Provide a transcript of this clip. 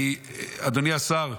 אדוני השר: